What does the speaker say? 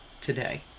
today